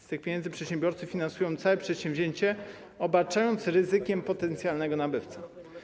Z tych pieniędzy przedsiębiorcy finansują całe przedsięwzięcie, obarczając ryzykiem potencjalnego nabywcę.